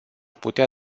putea